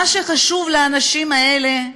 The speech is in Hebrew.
מה שחשוב לאנשים האלה,